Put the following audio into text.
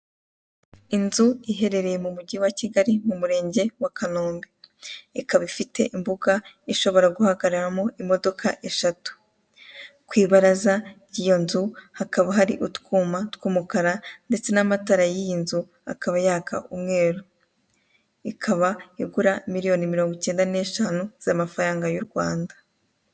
Inzu ihererye mu mujyi wa Kigali, mu murenge wa Kanombe. Ikaba ifite imbuga ishobora guhagararamo imodoka eshatu. Ku ibaraza ry'iyo nzu hakaba hari utwuma tw'umukara ndetse n'amatara y'iyi nzu yaka ibara ry'umweru. Ikaba igura miriyoni mirongo icyenda n'eshanu z'amafaranga y'u Rwanda.